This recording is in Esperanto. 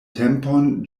tempon